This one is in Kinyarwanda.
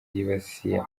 yibasiye